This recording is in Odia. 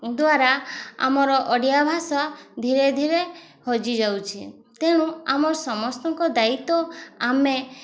ଦ୍ୱାରା ଆମର ଓଡ଼ିଆ ଭାଷା ଧୀରେ ଧୀରେ ହଜିଯାଉଛି ତେଣୁ ଆମ ସମସ୍ତଙ୍କ ଦାୟିତ୍ୱ ଆମେ